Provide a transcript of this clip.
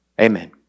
Amen